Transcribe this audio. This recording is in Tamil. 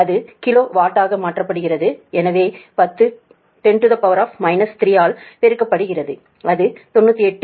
அது கிலோ வாட்டாக மாற்றப்படுகிறது எனவே 10 3 ஆல் பெருக்கப்படுகிறது அது 98